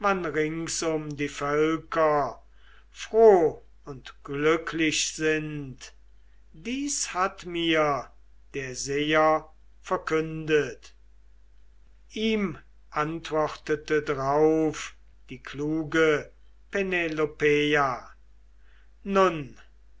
wann ringsum die völker froh und glücklich sind dies hat mir der seher verkündet ihm antwortete drauf die kluge penelopeia nun